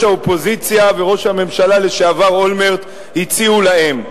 האופוזיציה וראש הממשלה לשעבר אולמרט הציעו להם.